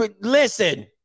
listen